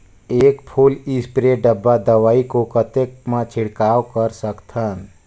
एक full spray डब्बा दवाई को कतेक म छिड़काव कर सकथन?